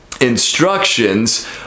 instructions